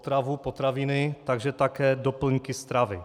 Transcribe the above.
Potravu, potraviny, takže také doplňky stravy.